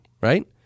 right